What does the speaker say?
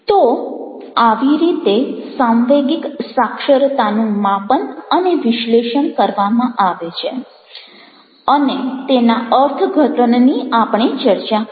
તો આવી રીતે સાંવેગિક સાક્ષરતાનું માપન અને વિશ્લેષણ કરવામાં આવે છે અને તેના અર્થઘટનની આપણે ચર્ચા કરી